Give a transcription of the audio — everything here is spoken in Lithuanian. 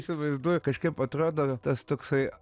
įsivaizduoju kažkaip atrodo tas toksai